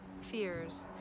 fears